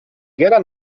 gerda